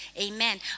Amen